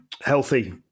healthy